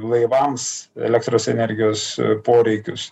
laivams elektros energijos poreikius